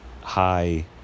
high